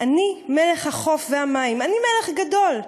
'אני מלך החוף והמים, / אני מלך גדול',